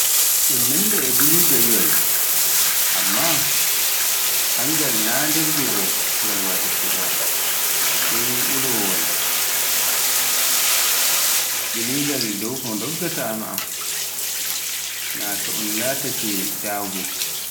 ɗun nanda e bulugariiwal, amma hanngal na nder li'e ngawatete ba, sai ni unowaal, sa'a bili ngal dow ndoggata naa un laatake ba dago.